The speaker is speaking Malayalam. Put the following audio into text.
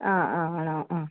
അ അ ആണോ അ